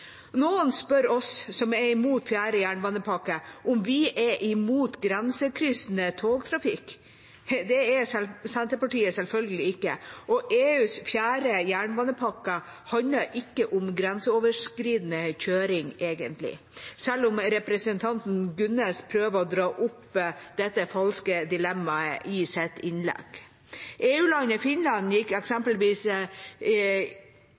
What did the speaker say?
Noen spør oss som er imot fjerde jernbanepakke, om vi er imot grensekryssende togtrafikk. Det er Senterpartiet selvfølgelig ikke. EUs fjerde jernbanepakke handler ikke om grenseoverskridende kjøring, egentlig, selv om representanten Gunnes prøver å dra opp dette falske dilemmaet i sitt innlegg. EU-landet Finland gikk